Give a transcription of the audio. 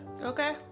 okay